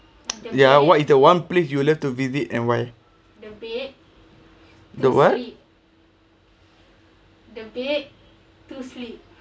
ya what is the one place you love to visit and why the what